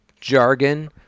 jargon